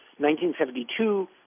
1972